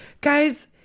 guys